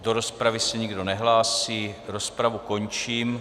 Do rozpravy se nikdo nehlásí, rozpravu končím.